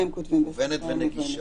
מובנת ונגישה.